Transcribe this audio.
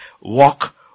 walk